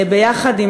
ביחד,